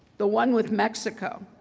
the one with mexico,